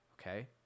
okay